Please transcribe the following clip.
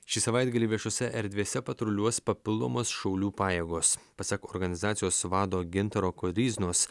šį savaitgalį viešose erdvėse patruliuos papildomos šaulių pajėgos pasak organizacijos vado gintaro koryznos